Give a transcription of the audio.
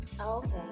Okay